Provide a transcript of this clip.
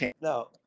no